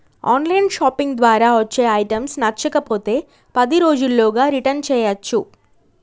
on line shopping ద్వారా వచ్చే items నచ్చకపోతే పది రోజుల్లోగా రిటర్న్ చేయ్యచ్చు